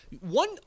one